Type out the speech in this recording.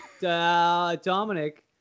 Dominic